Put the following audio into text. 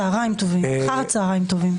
אחר צוהריים טובים.